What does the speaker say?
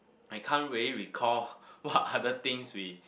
I can't really recall what other things we